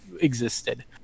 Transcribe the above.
existed